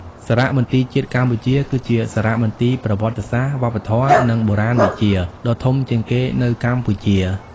សារមន្ទីរជាតិកម្ពុជាគឺជាសារមន្ទីរប្រវត្តិសាស្ត្រ វប្បធម៌ និងបុរាណវិទ្យាដ៏ធំជាងគេនៅកម្ពុជា។